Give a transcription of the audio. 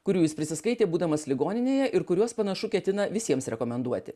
kurių jis prisiskaitė būdamas ligoninėje ir kuriuos panašu ketina visiems rekomenduoti